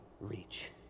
reach